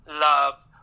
love